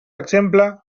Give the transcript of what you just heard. exemple